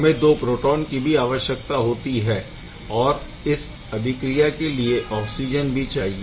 हमें 2 प्रोटोन की भी आवश्यकता होती है और इस अभिक्रिया के लिए ऑक्सिजन भी चाहिए